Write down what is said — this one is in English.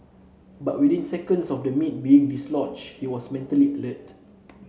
but within seconds of the meat being dislodged he was mentally alert